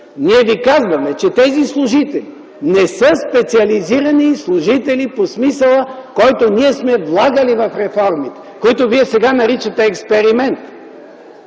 Ние ви казваме, че тези служители не са специализирани служители по смисъла, който ние сме влагали в реформите, които Вие сега наричате „експеримент”.